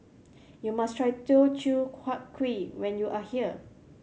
you must try Teochew Huat Kueh when you are here